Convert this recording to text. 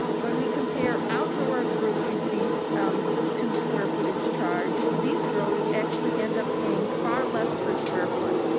when we compare outdoor gross receipts to square footage charge, these growers actually end up paying far less per square foot,